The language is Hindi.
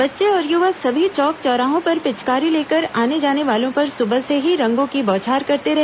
बच्चे और युवा सभी चौक चौराहों पर पिचकारी लेकर आने जाने वालों पर सुबह से ही रंगों की बौछार करते रहे